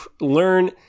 learn